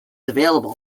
available